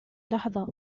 لحظة